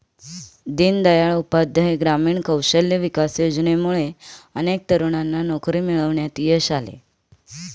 दीनदयाळ उपाध्याय ग्रामीण कौशल्य विकास योजनेमुळे अनेक तरुणांना नोकरी मिळवण्यात यश आले